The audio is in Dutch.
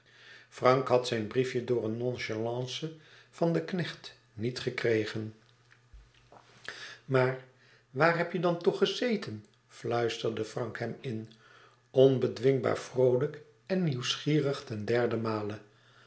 frank had zijn briefje door een nonchalance van den knecht niet gekregen maar waar heb je dan toch gezeten fluisterde frank hem in onbedwingbaar vroolijk en nieuwsgierig ten derden male